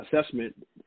assessment